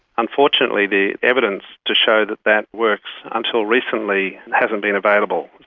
unfortunately the evidence to show that that works until recently hasn't been available.